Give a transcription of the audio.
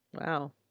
Wow